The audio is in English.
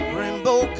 rainbow